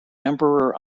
emperor